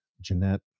Jeanette